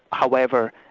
however,